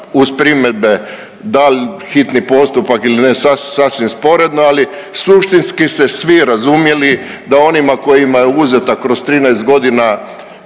uz primjedbe da li hitni postupak ili ne sasvim je sporedno ali suštinski ste svi razumjeli da onima kojima je uzeta kroz 13 godina